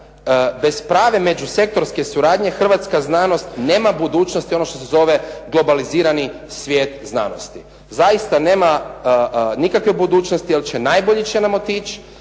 bez prave međusektorske suradnje Hrvatska znanost nema budućnosti ono što se zove globalizirani svijet znanosti. Zaista nema nikakve budućnosti jer će najbolji će